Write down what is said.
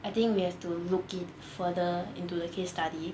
I think we have to look it further into the case study